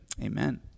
amen